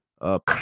up